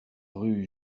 rue